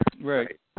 Right